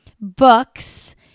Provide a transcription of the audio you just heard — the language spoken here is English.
books